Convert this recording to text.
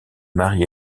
marie